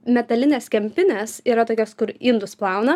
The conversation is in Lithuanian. metalinės kempinės yra tokios kur indus plauna